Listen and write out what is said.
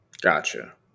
Gotcha